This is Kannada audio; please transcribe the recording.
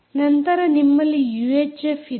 ನಂತರ ನಿಮ್ಮಲ್ಲಿ ಯೂಎಚ್ಎಫ್ ಇದೆ